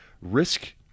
risk